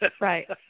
Right